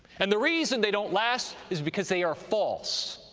and the reason they don't last is because they are false,